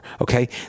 okay